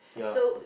the